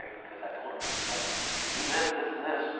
because i told em at the beginning, if you do this, this and this,